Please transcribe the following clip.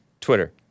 Twitter